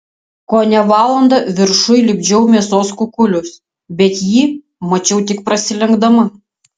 kone valandą viršuj lipdžiau mėsos kukulius bet jį mačiau tik prasilenkdama